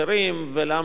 ולמה לנו,